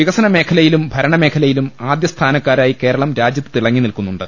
വികസന മേഖലയിലും ഭരണമേഖലയിലും ആദ്യസ്ഥാനക്കാരായി കേരളം രാജ്യത്ത് തിളങ്ങി നിൽക്കുന്നുണ്ട്